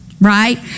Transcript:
right